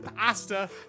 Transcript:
Asta